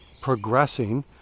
progressing